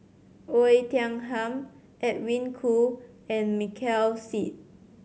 Oei Tiong Ham Edwin Koo and Michael Seet